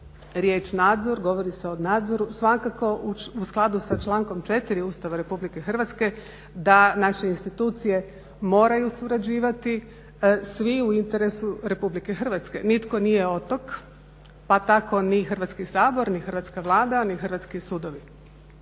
riječ nadzor, govori se o nadzoru. Svakako u skladu sa člankom 4. Ustava Republike Hrvatske da naše institucije moraju surađivati svi u interesu Republike Hrvatske. Nitko nije otok pa tako ni Hrvatski sabor, ni hrvatska Vlada ni hrvatski sudovi.